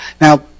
Now